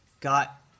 got